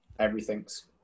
everything's